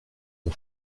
ont